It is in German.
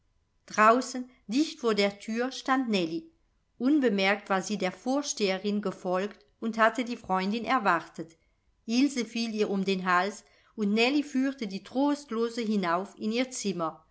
draußen dicht vor der thür stand nellie unbemerkt war sie der vorsteherin gefolgt und hatte die freundin erwartet ilse fiel ihr um den hals und nellie führte die trostlose hinauf in ihr zimmer